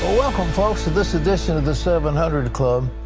ah welcome, folks, to this edition of the seven hundred club.